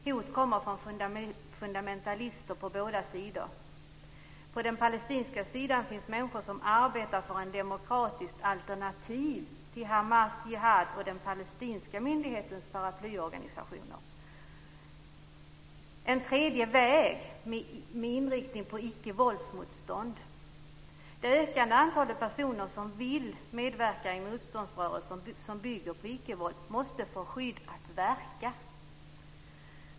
Hot kommer från fundamentalister på båda sidor. På den palestinska sidan finns människor som arbetar för ett demokratiskt alternativ till Hamas, Jihad och den palestinska myndighetens paraplyorganisationer: en tredje väg med inriktning på ickevåldsmotstånd. Det ökande antalet personer som vill medverka i motståndsrörelser som bygger på ickevåld måste få skydd för att kunna verka.